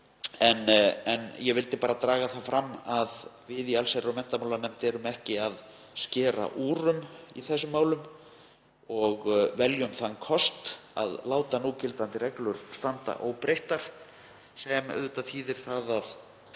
En ég vildi bara draga það fram að við í allsherjar- og menntamálanefnd erum ekki að skera úr um í þessum málum og veljum þann kost að láta núgildandi reglur standa óbreyttar sem auðvitað þýðir að